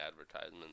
advertisement